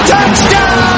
Touchdown